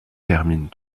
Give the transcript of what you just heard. termine